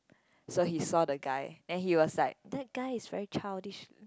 so he saw the guy and he was like that guy is very childish